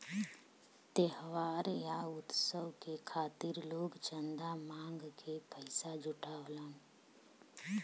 त्योहार या उत्सव के खातिर लोग चंदा मांग के पइसा जुटावलन